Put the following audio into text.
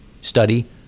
Study